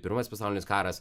pirmas pasaulinis karas